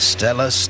Stella